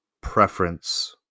preference